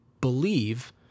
believe